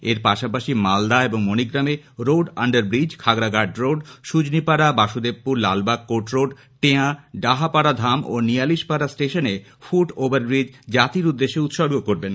এর পাশাপাশি মালদা ও মণিগ্রামে road underbridge Khagraghat road Sujanipara Basudebpur Lalbagh court road Teya Dahapara Dham ও নিয়ালিশ পাড়া স্টেশনে ফূট ওভারব্রিজ জাতীর উদ্দেশে উৎসর্গ করবেন